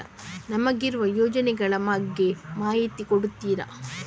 ನಮಗಿರುವ ಯೋಜನೆಗಳ ಬಗ್ಗೆ ಮಾಹಿತಿ ಕೊಡ್ತೀರಾ?